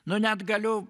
nu net galiu